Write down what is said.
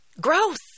Gross